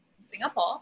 Singapore